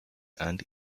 and